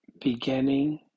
beginning